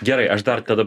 gerai aš dar tada